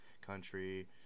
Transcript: country